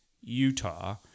Utah